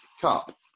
Cup